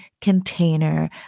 container